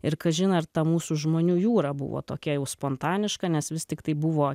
ir kažin ar ta mūsų žmonių jūra buvo tokia jau spontaniška nes vis tiktai buvo